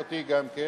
להוסיף אותי גם כן,